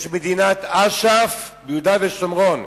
יש מדינת אש"ף ביהודה ושומרון.